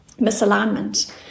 misalignment